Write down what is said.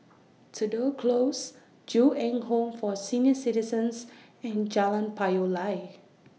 Tudor Close Ju Eng Home For Senior Citizens and Jalan Payoh Lai